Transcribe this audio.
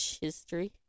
history